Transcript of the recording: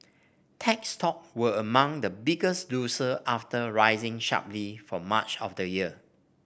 tech stocks were among the biggest losers after rising sharply for much of the year